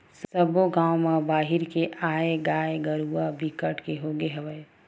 सब्बो गाँव म बाहिर के आए गाय गरूवा बिकट के होगे हवय